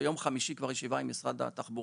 ביום חמישי כבר ישיבה עם משרד התחבורה,